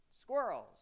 squirrels